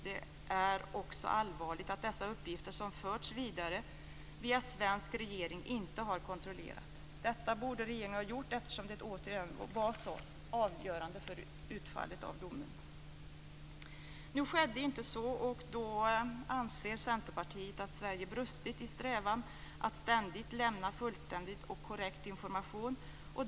Det är också allvarligt att de uppgifter som förts vidare via svensk regering inte har kontrollerats. Detta borde regeringen ha gjort eftersom uppgifterna var så avgörande för utfallet av domen. Nu skedde inte det. Centerpartiet anser att Sverige har brustit i strävan att ständigt lämna fullständig och korrekt information.